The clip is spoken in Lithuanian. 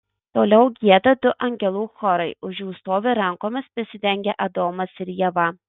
toliau gieda du angelų chorai už jų stovi rankomis prisidengę adomas ir ieva